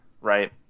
right